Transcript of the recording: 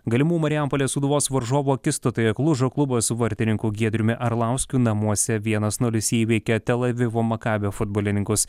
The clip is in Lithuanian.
galimų marijampolės sūduvos varžovų akistatoje klužo klubas su vartininku giedriumi arlauskiu namuose vienas nulis įveikė tel avivo makabio futbolininkus